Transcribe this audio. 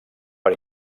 per